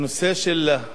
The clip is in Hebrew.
לצערנו הרב,